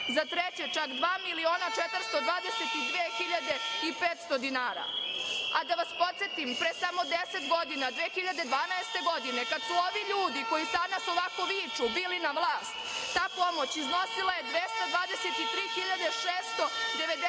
za treće čak 2.422.500 dinara. Da vas podsetim, pre samo 10 godina, 2012. godine, kada su ovi ljudi koji danas ovako viču bili na vlasti, ta pomoć iznosila je 223.693 dinara.